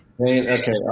Okay